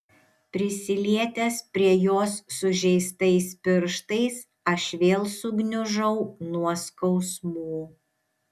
prisilietęs prie jos sužeistais pirštais aš vėl sugniužau nuo skausmų